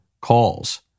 calls